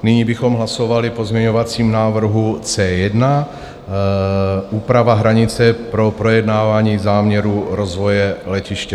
Nyní bychom hlasovali o pozměňovacím návrhu C1, úprava hranice pro projednávání záměru rozvoje letiště.